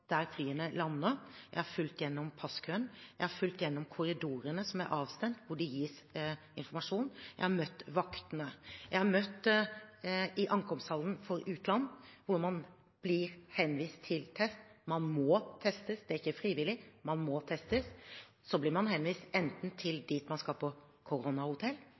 der flyene lander. Jeg har fulgt med gjennom passkøen. Jeg har fulgt med gjennom korridorene som er avstengt, hvor det gis informasjon. Jeg har møtt vaktene. Jeg har møtt i ankomsthallen for utland hvor man blir henvist til test. Man må testes. Det er ikke frivillig. Man må testes, og så blir man henvist til dit man skal på